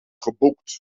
geboekt